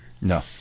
No